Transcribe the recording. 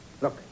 Look